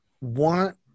want